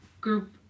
group